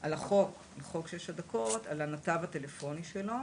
על חוק שש הדקות, על הנתב הטלפוני שלו,